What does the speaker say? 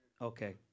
Okay